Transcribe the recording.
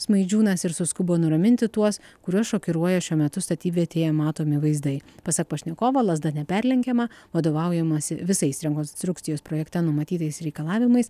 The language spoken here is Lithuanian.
smaidžiūnas ir suskubo nuraminti tuos kuriuos šokiruoja šiuo metu statybvietėje matomi vaizdai pasak pašnekovo lazda neperlenkiama vadovaujamasi visais rekonstrukcijos projekte numatytais reikalavimais